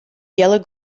yellow